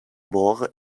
bore